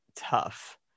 tough